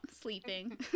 sleeping